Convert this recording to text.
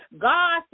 God